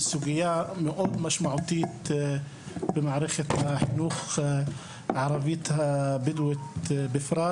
מדובר בסוגייה מאוד משמעותית במערכת החינוך הערבית הבדואית בפרט,